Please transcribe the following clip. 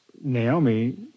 Naomi